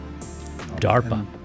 DARPA